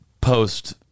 post